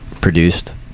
produced